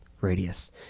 Radius